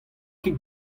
ket